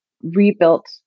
rebuilt